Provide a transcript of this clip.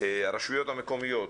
הרשויות המקומיות.